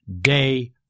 day